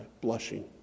blushing